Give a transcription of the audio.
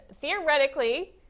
theoretically